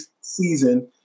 season